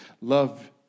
Love